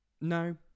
No